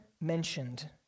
mentioned